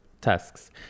tasks